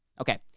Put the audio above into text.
Okay